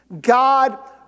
God